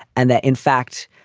and that, in fact,